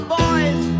boys